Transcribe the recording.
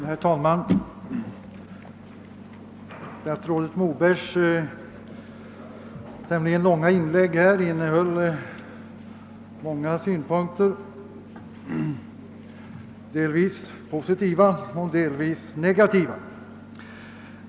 Herr talman! Statsrådet Mobergs tämligen långa inlägg innehöll många både positiva och negativa synpunkter.